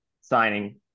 signing